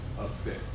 upset